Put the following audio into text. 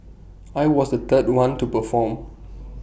I was the third one to perform